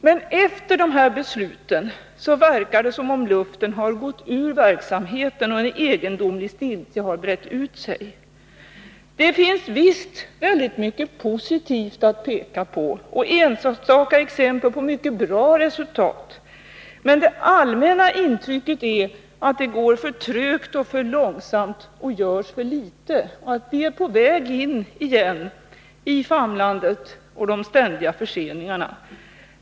Men efter dessa beslut verkar det som om luften har gått ur verksamheten, och en egendomlig stiltje har brett ut sig. Visst finns det mycket positivt att peka på och enstaka exempel på mycket bra resultat. Men det allmänna intrycket är att det går för trögt och för långsamt, att det görs för litet och att vi igen är på väg in i famlandet och de ständiga förseningarna.